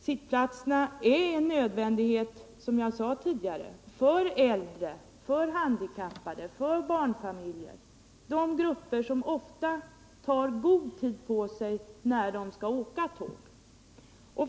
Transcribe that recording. Sittplatserna är en nödvändighet, som jag sade tidigare, för äldre, för handikappade, för barnfamiljer — de grupper som oftast tar god tid på sig när de skall åka tåg.